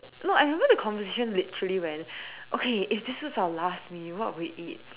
no I remember the conversation literally went okay if this is our last meal what would we eat